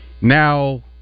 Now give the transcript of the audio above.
now